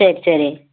சரி சரி